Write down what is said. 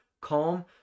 calm